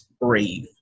breathe